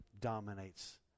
dominates